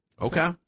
okay